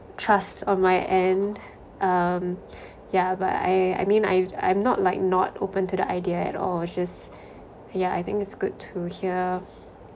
trust on my end um yeah but I I mean I I'm not like not open to the idea at all it's just yeah I think it's good to hear